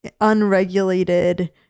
unregulated